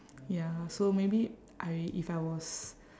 ya so maybe I if I was